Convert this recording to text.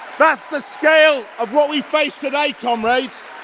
that's the scale of what we face today, comrades.